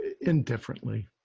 Indifferently